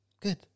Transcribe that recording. good